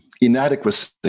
inadequacy